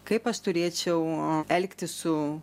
kaip aš turėčiau elgtis su